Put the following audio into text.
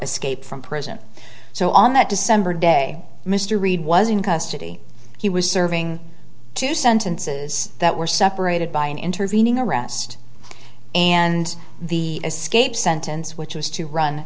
escape from prison so on that december day mr reed was in custody he was serving two sentences that were separated by an intervening arrest and the escape sentence which was to run